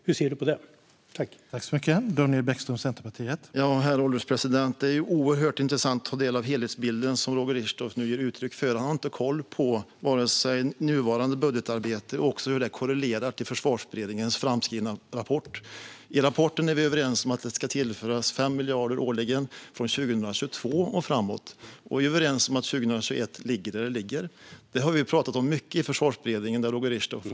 Hur ser Daniel Bäckström på det?